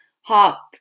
hop